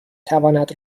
تواند